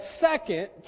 second